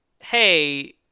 hey